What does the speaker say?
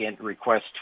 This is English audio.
request